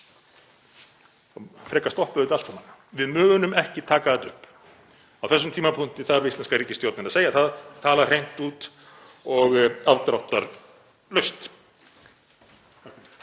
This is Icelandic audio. Frekar stoppum við þetta allt saman. Við munum ekki taka þetta upp. Á þessum tímapunkti þarf íslenska ríkisstjórnin að segja það, tala hreint út og afdráttarlaust.